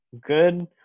good